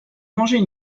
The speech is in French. manger